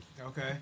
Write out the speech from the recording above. Okay